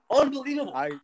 unbelievable